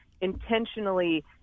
intentionally